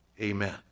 Amen